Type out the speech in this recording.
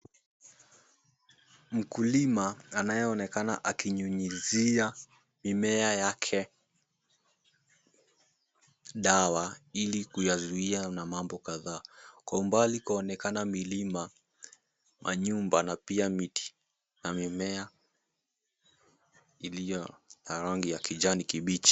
Mkulima anayeonekana akinyunyuzia mimea yake dawa ili kuyazuia na mambo kadhaa. Kwa umbali kunaonekana milima, manyumba na pia miti na mimea iliyo ya rangi ya kijani kibichi.